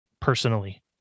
personally